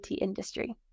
industry